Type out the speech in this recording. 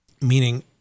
Meaning